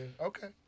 Okay